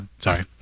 sorry